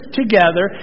together